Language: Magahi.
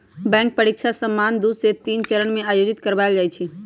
बैंक परीकछा सामान्य दू से तीन चरण में आयोजित करबायल जाइ छइ